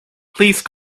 please